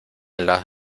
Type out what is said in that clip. las